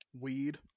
weed